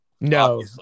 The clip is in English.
No